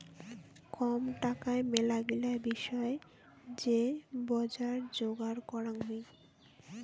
কম টাকায় মেলাগিলা বিষয় যে বজার যোগার করাং হই